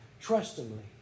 trustingly